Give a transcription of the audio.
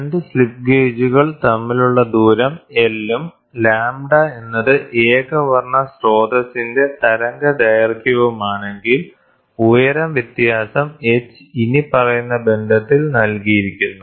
2 slip ഗേജുകൾ തമ്മിലുള്ള ദൂരം L ഉം λ എന്നത് ഏകവർണ്ണ സ്രോതസ്സിന്റെ തരംഗദൈർഘ്യവുമാണെങ്കിൽ ഉയരം വ്യത്യാസം h ഇനിപ്പറയുന്ന ബന്ധത്തിൽ നൽകിയിരിക്കുന്നു